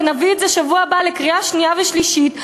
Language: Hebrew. ונביא את זה בשבוע הבא לקריאה שנייה ושלישית.